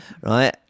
right